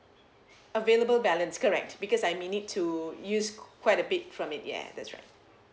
available balance correct because I may need to use quite a bit from it ya that's right